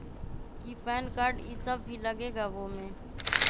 कि PAN card इ सब भी लगेगा वो में?